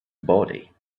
body